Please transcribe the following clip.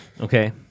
Okay